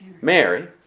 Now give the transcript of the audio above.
Mary